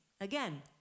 again